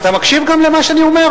אתה מקשיב גם למה שאני אומר,